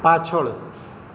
પાછળ